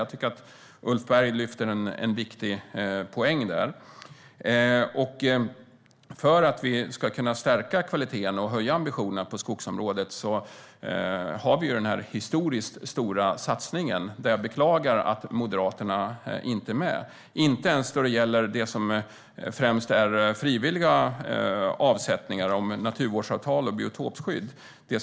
Jag tycker att Ulf Berg lyfter en viktig poäng där. För att vi ska kunna stärka kvaliteten och höja ambitionerna på skogsområdet har vi denna historiskt stora satsning, där jag beklagar att Moderaterna inte är med. De är inte ens med när det gäller det i betänkandet som främst handlar om frivilliga avsättningar av naturvårdsavtal och biotopskydd.